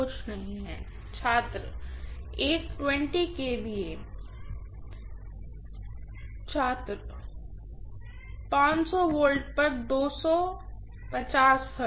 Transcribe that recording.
छात्र एक kVA छात्र एक kVA छात्र वोल्ट पर हर्ट्ज